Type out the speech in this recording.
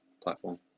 platform